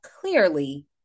clearly